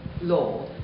law